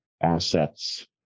assets